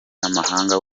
n’amahanga